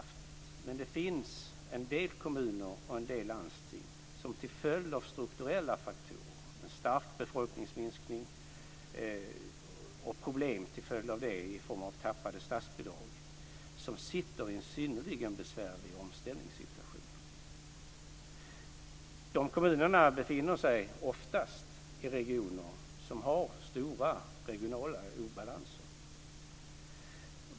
Men det finns en del kommuner och landsting som till följd av strukturella faktorer, med en stark befolkningsminskning och problem till följd av det i form av tappade statsbidrag, sitter i en synnerligen besvärlig omställningssituation. De kommunerna befinner sig oftast i regioner som har stora regionala obalanser.